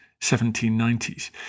1790s